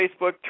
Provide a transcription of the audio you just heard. Facebook